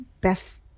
best